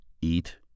eat